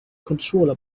controller